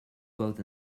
both